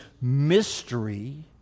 mystery